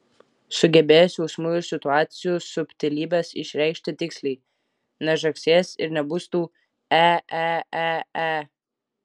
sugebės jausmų ir situacijų subtilybes išreikšti tiksliai nežagsės ir nebus tų e e e e